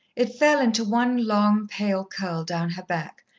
it fell into one long, pale curl down her back,